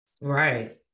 right